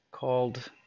called